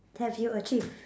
have you achieved